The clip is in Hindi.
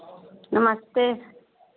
नमस्ते